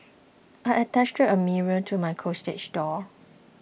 I attached a mirror to my closet door